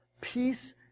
peace